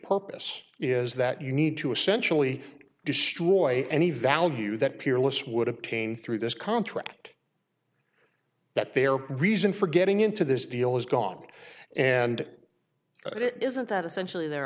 this is that you need to essentially destroy any value that peerless would obtain through this contract that their reason for getting into this deal is gone and it isn't that essentially their